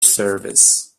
service